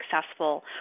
successful